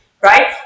right